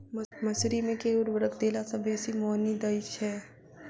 मसूरी मे केँ उर्वरक देला सऽ बेसी मॉनी दइ छै?